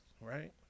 right